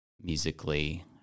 musically